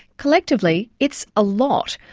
collectively, it's a lot.